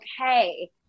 okay